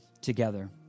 together